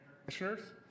Commissioners